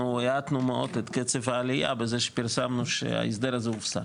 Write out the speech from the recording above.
האטנו מאוד את קצב העלייה בזה שפרסמנו שההסדר הופסק.